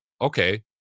okay